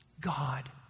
God